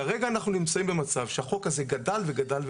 כרגע אנחנו נמצאים במצב שהחוק הזה גדל וגדל,